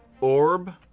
Orb